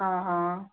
हां हां